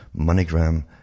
MoneyGram